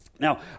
Now